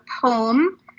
poem